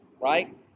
right